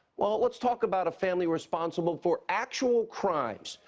well, let's talk about a family responsible for actual crimes.